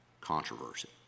controversy